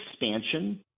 expansion